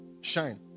shine